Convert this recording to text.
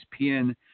ESPN